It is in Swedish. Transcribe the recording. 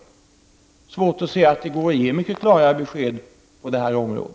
Jag tycker att det är svårt att se att det skulle kunna gå att ge klarare besked på detta område.